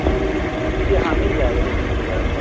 جی جی ہاں مل جائے گا یہ بھی مل جائے گا